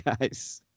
Guys